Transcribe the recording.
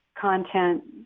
content